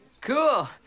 Cool